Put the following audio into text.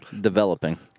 developing